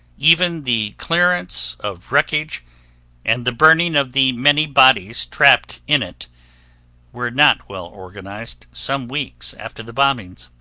even the clearance of wreckage and the burning of the many bodies trapped in it were not well organized some weeks after the bombings.